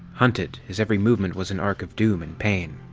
hunted, his every movement was an arc of doom and pain.